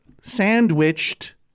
sandwiched